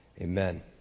amen